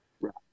Right